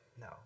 No